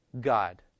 God